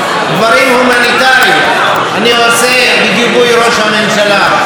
דברים הומניטריים אני עושה בגיבוי ראש הממשלה.